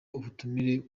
ubutumire